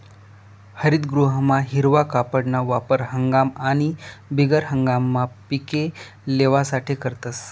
हरितगृहमा हिरवा कापडना वापर हंगाम आणि बिगर हंगाममा पिके लेवासाठे करतस